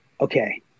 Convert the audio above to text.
okay